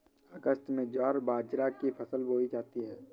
अगस्त में ज्वार बाजरा की फसल बोई जाती हैं